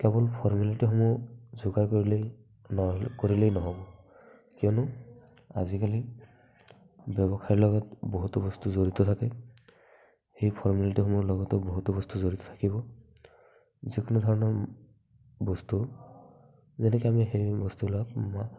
কেৱল ফৰ্মেলিটীসমূহ যোগাৰ কৰিলেই নহ'ল কৰিলেই নহ'ব কিয়নো আজিকালি ব্যৱসায়ৰ লগত বহুতো বস্তু জড়িত থাকে সেই ফৰ্মেলিটীসমূহৰ লগতো বহুতো বস্তু জড়িত থাকিব যিকোনো ধৰণৰ বস্তু যেনেকৈ আমি সেই বস্তুবিলাক মা